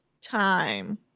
time